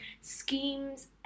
schemes